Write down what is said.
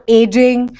aging